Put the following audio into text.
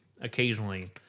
occasionally